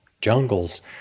jungles